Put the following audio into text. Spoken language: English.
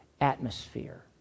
atmosphere